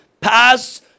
pass